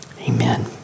Amen